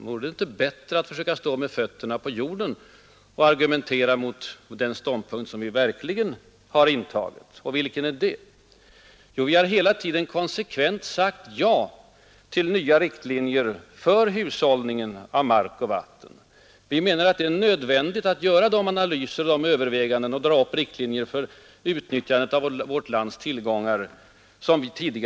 Vore det inte bättre att försöka stå med fötterna på jorden och argumentera mot den ståndpunkt som vi verkligen har intagit? Och vilken är det? Jo, vi har hela tiden sagt ja till nya riktlinjer för hushållningen med mark och vatten. Vi menar att det är nödvändigt att göra analyser och överväganden och dra upp riktlinjer som vi tidigare saknat för utnyttjandet av vårt lands tillgångar.